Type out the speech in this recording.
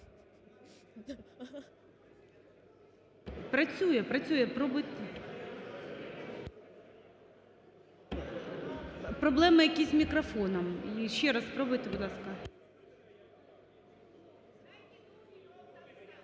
Проблеми якісь з мікрофоном. Ще раз спробуйте, будь ласка.